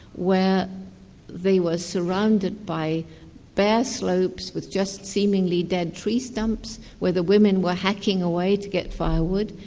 where they were surrounded by bare slopes with just seemingly dead tree stumps where the women were hacking away to get firewood,